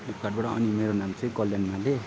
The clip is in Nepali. फ्लिपकार्टबाट अनि मेरो नाम चाहिँ कल्याण माले